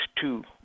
two